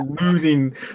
losing